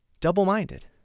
Double-minded